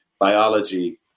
biology